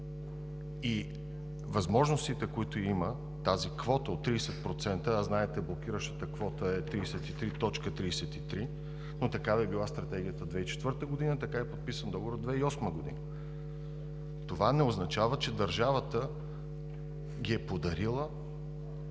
и възможностите, които има при тази квота от 30%, а знаете, блокиращата квота е 33,33, но такава е била стратегията през 2004 г., така е подписан договорът през 2008 г., това не означава, че държавата ги е подарила,